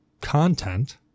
content